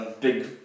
Big